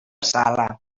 sala